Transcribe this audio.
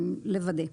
לוודא.